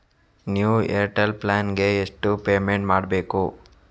New Airtel plan ಗೆ ಎಷ್ಟು payment ಮಾಡ್ಬೇಕು?